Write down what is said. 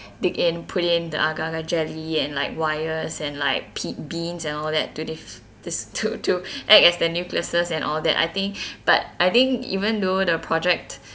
dig in put in the agar agar jelly and like wires and like pit beans and all that to de~ to to act as the nucleus and all that I think but I think even though the project